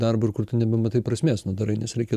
darbu ir kur tu nebematai prasmės nu darai nes reikia